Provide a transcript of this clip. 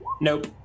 Nope